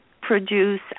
produce